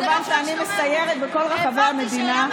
מכיוון שאני מסיירת בכל רחבי המדינה.